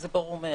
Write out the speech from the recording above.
וזה ברור מאליו.